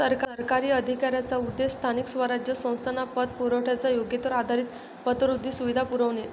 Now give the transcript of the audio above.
सरकारी अधिकाऱ्यांचा उद्देश स्थानिक स्वराज्य संस्थांना पतपुरवठ्याच्या योग्यतेवर आधारित पतवृद्धी सुविधा पुरवणे